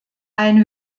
eine